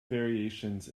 variations